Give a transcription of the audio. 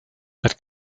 that